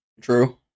True